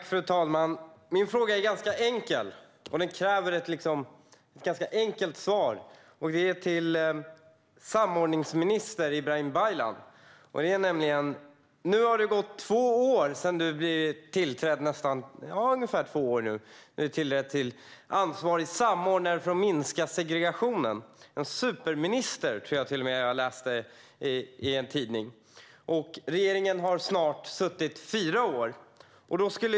Fru talman! Min fråga är ganska enkel och kräver ett ganska enkelt svar. Frågan går till samordningsminister Ibrahim Baylan. Nu har det gått ungefär två år sedan Ibrahim Baylan tillträdde som ansvarig samordnare för att minska segregationen - en superminister, tror jag till och med att jag läste i en tidning. Regeringen har snart suttit i fyra år.